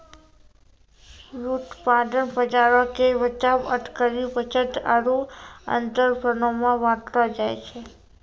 व्युत्पादन बजारो के बचाव, अटकरी, बचत आरु अंतरपनो मे बांटलो जाय छै